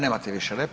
Nemate više